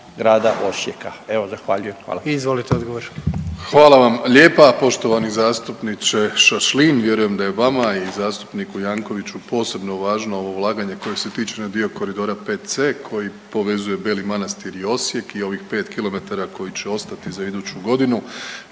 Izvolite odgovor. **Plenković, Andrej (HDZ)** Hvala vam lijepa poštovani zastupniče Šašlin. Vjerujem da je vama i zastupniku Jankovicsu posebno važno ovo ulaganje koje se tiče na dio Koridora 5C koji povezuje Beli Manastir i Osijek i ovih 5 km koji će ostati za iduću godinu,